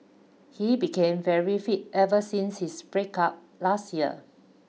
he became very fit ever since his breakup last year